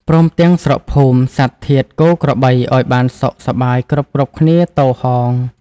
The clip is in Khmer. ព្រមទាំងស្រុកភូមិ សត្វធាតុគោក្របី ឲ្យបានសុខសប្បាយគ្រប់ៗគ្នាទោហោង”